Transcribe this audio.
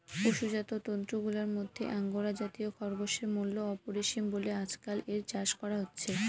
পশুজাত তন্তুগুলার মধ্যে আঙ্গোরা জাতীয় খরগোশের মূল্য অপরিসীম বলে আজকাল এর চাষ করা হচ্ছে